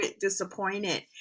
disappointed